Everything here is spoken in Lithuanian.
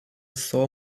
savo